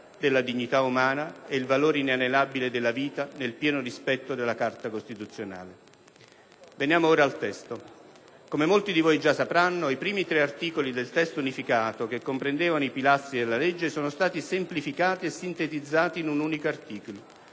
della dignità umana e il valore inalienabile della vita, nel pieno rispetto della Carta costituzionale. Veniamo ora al testo. Come molti di voi già sapranno i primi tre articoli del testo unificato, che comprendevano i pilastri della legge, sono stati semplificati e sintetizzati in un unico articolo,